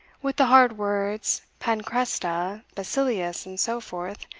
with the hard words panchresta, basilius, and so forth,